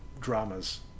dramas